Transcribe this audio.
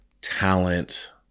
talent